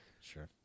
Sure